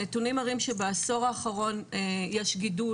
הנתונים מראים שבעשור האחרון יש גידול.